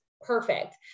perfect